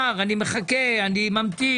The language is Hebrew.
אני נזהר, אני מחכה, אני ממתין.